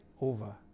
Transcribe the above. over